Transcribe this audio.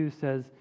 says